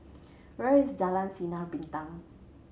where is Jalan Sinar Bintang